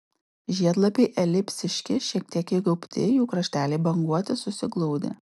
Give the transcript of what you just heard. žiedlapiai elipsiški šiek tiek įgaubti jų krašteliai banguoti susiglaudę